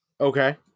okay